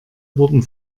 wurden